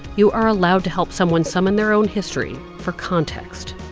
you are allowed to help someone summon their own history for context.